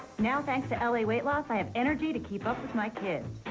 now thanks to la weight loss, i have energy to keep up with my kids.